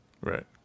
Right